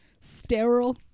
Sterile